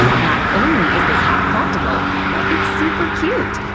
not only is this hack practical but it's super cute!